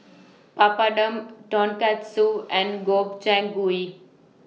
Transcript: Papadum Tonkatsu and Gobchang Gui